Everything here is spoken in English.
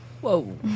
Whoa